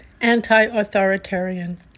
anti-authoritarian